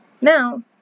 Now